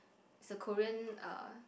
is a Korean uh